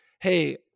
hey